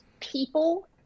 people